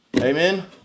Amen